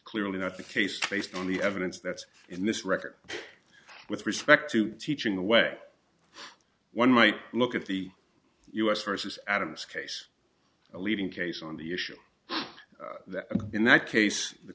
clearly not the case based on the evidence that's in this record with respect to teaching the way one might look at the u s versus adam's case a leading case on the issue that in that case the